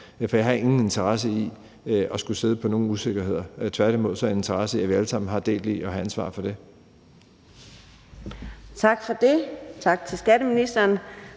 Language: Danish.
For jeg har ingen interesse i at skulle sidde på nogen usikkerheder; tværtimod har jeg en interesse i, at vi alle sammen har del i at have ansvar for det. Kl. 11:44 Fjerde næstformand